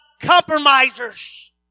compromisers